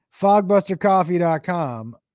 fogbustercoffee.com